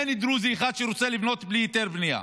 אין דרוזי אחד שרוצה לבנות בלי היתר בנייה,